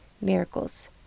miracles